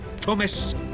Thomas